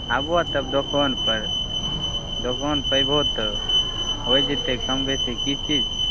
आबो तब दोकानपर दोकानपर अयबहो तऽ होइ जेतै कम बेसी की चीज छियै